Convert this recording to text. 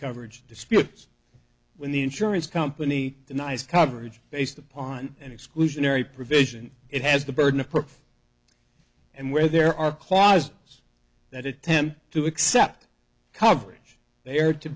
coverage disputes when the insurance company denies coverage based upon an exclusionary provision it has the burden of proof and where there are costs that attempt to accept coverage there to